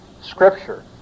scripture